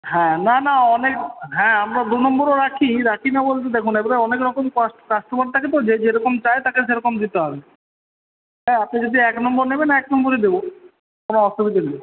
হ্যাঁ না না অনেক হ্যাঁ আমরা দু নম্বরও রাখি রাখি না বলতে দেখুন এগুলো অনেকরকম কাস্টমার থাকে তো যে যেরকম চায় তাকে সেরকম দিতে হবে হ্যাঁ আপনি যদি এক নম্বর নেবেন এক নম্বরই দেবো কোন অসুবিধে নেই